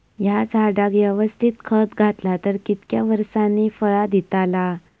हया झाडाक यवस्तित खत घातला तर कितक्या वरसांनी फळा दीताला?